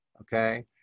okay